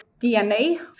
DNA